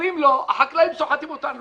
אומרים לו: החקלאים סוחטים אותנו.